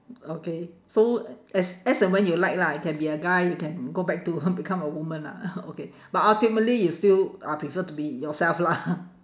okay so as as and when you like lah you can be a guy you can go back to become a woman ah okay but ultimately you still uh prefer to be yourself lah